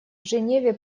женеве